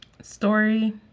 story